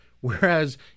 Whereas